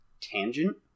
tangent